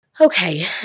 Okay